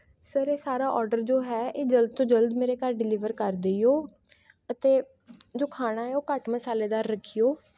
sir ਇਹ ਸਾਰਾ order ਜੋ ਹੈ ਇਹ ਜਲਦ ਤੋਂ ਜਲਦ ਮੇਰੇ ਘਰ ਡਿਲੀਵਰ ਕਰ ਦਈਓ ਅਤੇ ਜੋ ਖਾਣਾ ਹੈ ਉਹ ਘੱਟ ਮਸਾਲੇਦਾਰ ਰੱਖੀਓ